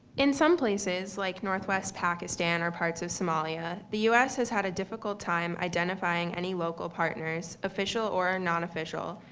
in some places like northwest pakistan or parts of somalia, the us has had a difficult time identifying any local partners, official or non-official,